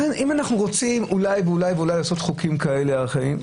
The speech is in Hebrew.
אם אנחנו רוצים לעשות אולי חוקים כאלה ואחרים,